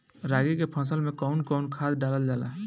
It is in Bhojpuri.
रागी के फसल मे कउन कउन खाद डालल जाला?